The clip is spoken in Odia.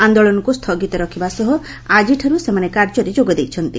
ଆନ୍ଦୋଳନକୁ ସ୍ଥଗିତ ରଖିବା ସହ ଆଜିଠାରୁ ସେମାନେ କାର୍ଯ୍ୟରେ ଯୋଗଦେଇଛନ୍ତି